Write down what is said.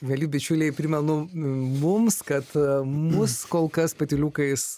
mieli bičiuliai primelu mums kad mus kol kas patyliukais